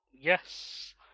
Yes